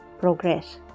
progress